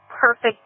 perfect